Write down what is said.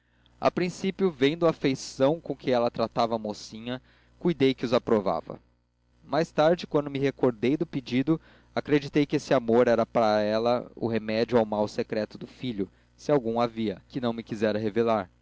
a princípio vendo a afeição com que ela tratava a mocinha cuidei que os aprovava mais tarde quando me recordei do pedido acreditei que esse amor era para ela o remédio ao mal secreto do filho se algum havia que me não quisera revelar